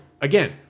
Again